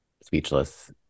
speechless